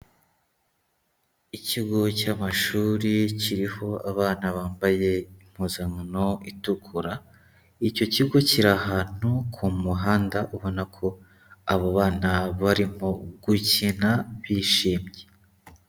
Ikigo cy'amashuri kiriho abana bambaye impuzankano itukura, icyo kigo kiri ahantu ku muhanda, ubona ko abo bana barimo gukina bishimye.